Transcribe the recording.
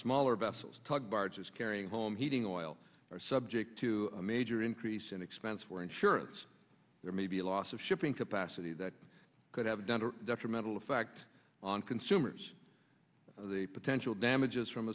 smaller vessels tug barges carrying home heating oil are subject to a major increase in expense for insurance there may be a loss of shipping capacity that could have done a detrimental effect on consumers the potential damages from